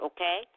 Okay